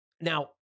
Now